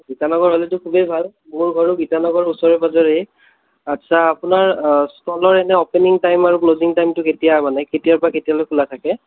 গীতানগৰ হ'লেইটো খুবেই ভাল মোৰ ঘৰো গীতানগৰৰ ওচৰে পাঁজৰেই আচ্ছা আপোনাৰ ষ্টলৰ এনেই অ'পেনিং টাইম আৰু ক্লজিং টাইমটো কেতিয়া মানে কেতিয়াৰপৰা কেতিয়ালৈ খোলা থাকে